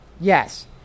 Yes